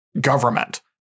government